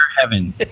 heaven